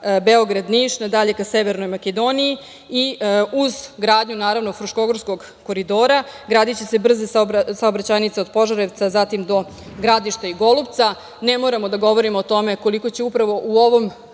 Beograd-Niš na dalje ka Severnoj Makedoniji i uz gradnju Fruškogorskog koridora, gradiće se brze saobraćajnice od Požarevca, zatim od Gradišta do Golubca. Ne moramo da govorimo o tome koliko će upravo u ovom